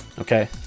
Okay